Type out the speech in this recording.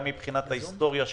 גם מבחינת ההיסטוריה שלה,